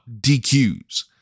DQs